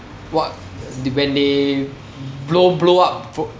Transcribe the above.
!wah! when they blow blow up